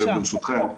ברשותכם,